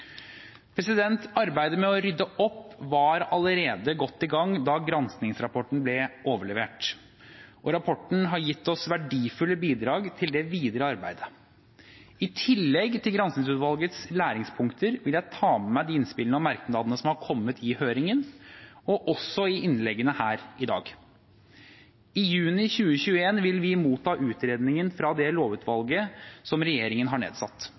Arbeidet med å rydde opp var allerede godt i gang da granskingsrapporten ble overlevert. Rapporten har gitt oss verdifulle bidrag til det videre arbeidet. I tillegg til granskingsutvalgets læringspunkter vil jeg ta med meg de innspillene og merknadene som har kommet i høringen, og også i innleggene her i dag. I juni 2021 vil vi motta utredningen fra lovutvalget som regjeringen har nedsatt.